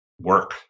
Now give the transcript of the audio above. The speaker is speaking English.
work